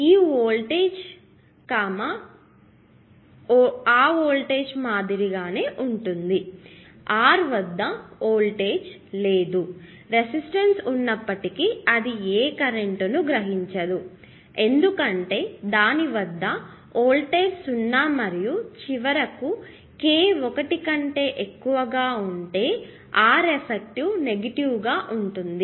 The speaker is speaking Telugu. ఈ వోల్టేజ్ ఆ వోల్టేజ్ మాదిరిగానే ఉంటుంది R వద్ద వోల్టేజ్ లేదు రెసిస్టెన్సు ఉన్నప్పటికీ అది ఏ కరెంట్ను గ్రహించదు ఎందుకంటే దాని వద్ద వోల్టేజ్ 0 మరియు చివరకు k ఒకటి కంటే ఎక్కువగా ఉంటే Reffective నెగిటివ్ గా మారుతుంది